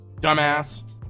Dumbass